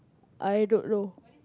I don't know